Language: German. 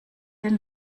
denn